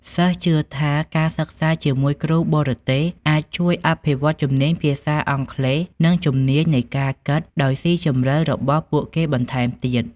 សិស្សជឿថាការសិក្សាជាមួយគ្រូបរទេសអាចជួយអភិវឌ្ឍជំនាញភាសាអង់គ្លេស និងជំនាញនៃការគិតដោយសុីជម្រៅរបស់ពួកគេបន្ថែមទៀត។